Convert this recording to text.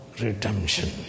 redemption